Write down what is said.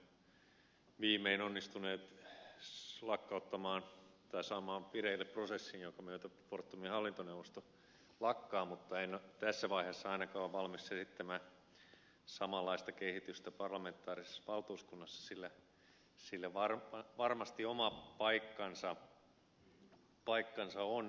laukkasen kanssa fortumista käsin olemme viimein onnistuneet saamaan vireille prosessin jonka myötä fortumin hallintoneuvosto lakkaa mutta en tässä vaiheessa ainakaan ole valmis esittämään samanlaista kehitystä parlamentaarisessa valtuuskunnassa sillä sille varmasti oma paikkansa on